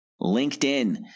LinkedIn